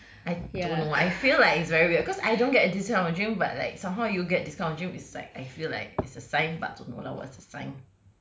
I don't know I feel like it's very weird cause I don't get this kind of a dream but like somehow you get this kind of dream is like I feel like it's a sign but I also don't know lah what is a sign